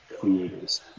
creators